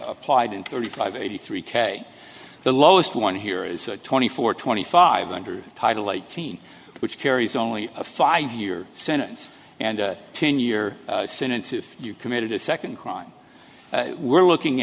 applied in thirty five eighty three k the lowest one here is twenty four twenty five under title eighteen which carries only a five year sentence and ten year sentence if you committed a second crime we're looking